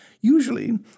Usually